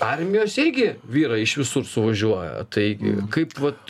armijose irgi vyrai iš visur suvažiuoja tai kaip vat